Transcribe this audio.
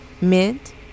mint